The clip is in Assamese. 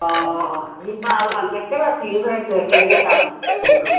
অ একেবাৰে ফ্ৰি হৈ আছোঁ একেলগে যাম বোলো